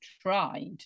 tried